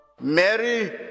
Mary